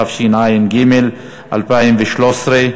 התשע"ג 2013,